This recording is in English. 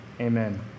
Amen